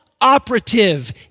operative